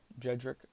Jedrick